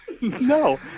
No